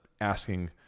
asking